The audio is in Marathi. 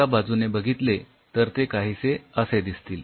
एका बाजूने बघितले तर ते काहीसे असे दिसतील